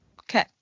Okay